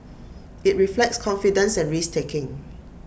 IT reflects confidence and risk taking